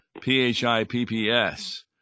P-H-I-P-P-S